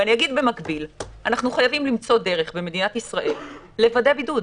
אני אגיד במקביל שאנחנו חייבים למצוא דרך במדינת ישראל לוודא בידוד.